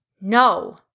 No